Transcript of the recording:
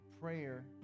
prayer